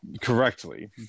correctly